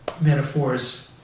metaphors